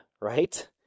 right